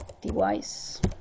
device